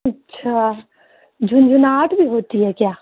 اچھا جھنجھناہٹ بھی ہوتی ہے کیا